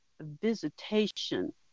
visitation